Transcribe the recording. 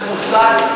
זה מושג,